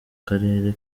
karere